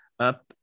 Up